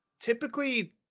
typically